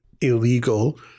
illegal